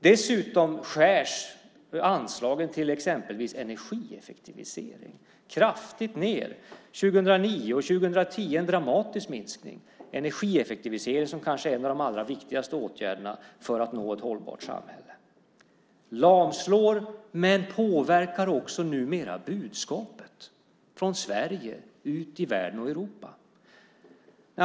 Dessutom skärs anslagen till exempelvis energieffektivisering kraftigt ned - en dramatisk minskning 2009 och 2010 - energieffektivisering som kanske är en av de allra viktigaste åtgärderna för att nå ett hållbart samhälle. Det lamslår men påverkar också numera budskapet från Sverige ut till världen och Europa.